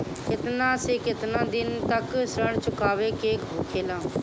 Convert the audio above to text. केतना से केतना दिन तक ऋण चुकावे के होखेला?